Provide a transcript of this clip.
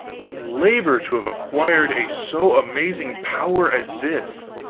what labor, to have acquired a so amazing power as this!